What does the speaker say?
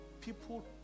People